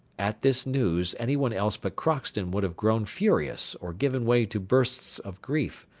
at this news anyone else but crockston would have grown furious or given way to bursts of grief,